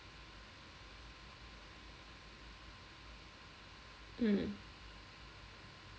mm